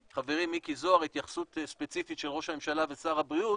חברי מיקי זוהר יעביר התייחסות ספציפית של ראש הממשלה ושר הבריאות,